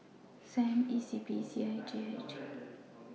S A M E C P and C H I J